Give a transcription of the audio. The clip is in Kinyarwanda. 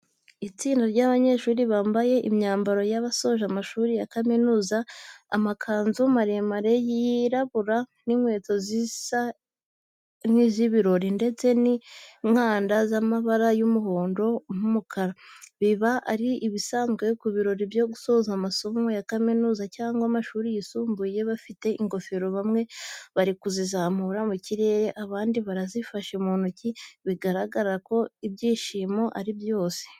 Itsinda ry'abanyeshuri bambaye imyambaro y'abasoje amashuri ya kaminuza, amakanzu maremare yirabura n’inkweto zisa z'ibirori ndetse n’inkanda z’amabara y’umuhondo n’umukara, biba ari ibisanzwe ku birori byo gusoza amasomo ya kaminuza cyangwa amashuri yisumbuye. Bafite ingofero bamwe bari kuzizamura mu kirere, abandi barazifashe mu ntoki, bigaragaza ibyishimo n’ibirori.